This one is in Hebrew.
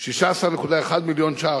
16.1 מיליון ש"ח,